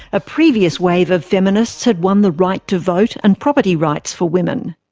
a previous wave of feminists had won the right to vote and property rights for women.